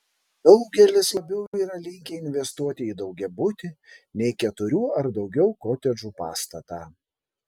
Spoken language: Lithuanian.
daugelis labiau yra linkę investuoti į daugiabutį nei keturių ar daugiau kotedžų pastatą